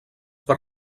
per